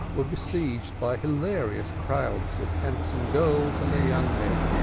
were besieged by hilarious crowds of handsome girls and their young men,